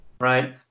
right